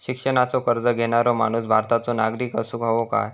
शिक्षणाचो कर्ज घेणारो माणूस भारताचो नागरिक असूक हवो काय?